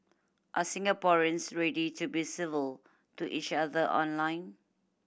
are Singaporeans ready to be civil to each other online